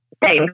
Thanks